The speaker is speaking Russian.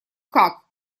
как